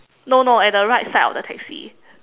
no no at the right side of the taxi